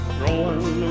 growing